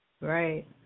right